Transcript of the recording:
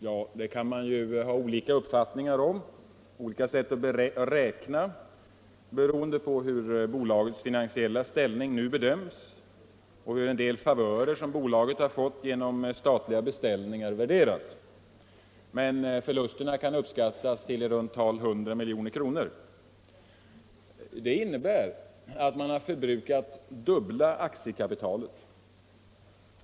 Ja, det kan finnas olika sätt att räkna beroende på hur bolagets finansiella ställning nu bedöms och hur en del favörer bolaget fått genom statliga beställningar värderas. Men förlusterna kan i runt tal uppskattas till 100 milj.kr. Det innebär att man förbrukat inte mindre än det dubbla aktiekapitalet.